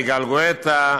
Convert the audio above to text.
יגאל גואטה,